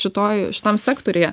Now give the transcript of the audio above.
šitoj šitam sektoriuje